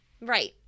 Right